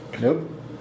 nope